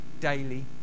daily